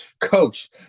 coach